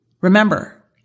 Remember